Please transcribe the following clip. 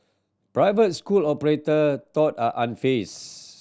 private school operator though are unfazed